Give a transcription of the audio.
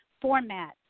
format